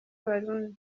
abarundi